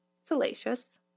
salacious